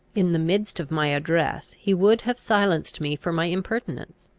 in the midst of my address he would have silenced me for my impertinence,